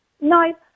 No